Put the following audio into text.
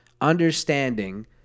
understanding